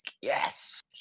Yes